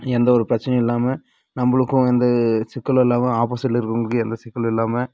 எந்த ஒரு பிரச்சனையும் இல்லாமல் நம்பளுக்கும் எந்த சிக்கலும் இல்லாமல் ஆப்போசிட்டில இருக்குறவங்களுக்கும் எந்த சிக்கலும் இல்லாமல்